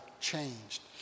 changed